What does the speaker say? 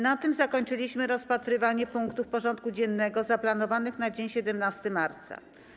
Na tym zakończyliśmy rozpatrywanie punktów porządku dziennego zaplanowanych na dzień 17 marca.